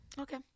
okay